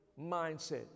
mindset